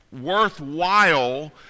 worthwhile